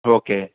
okay